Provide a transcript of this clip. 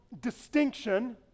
distinction